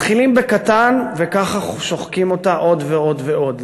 מתחילים בקטן, וככה שוחקים אותה עוד ועוד ועוד.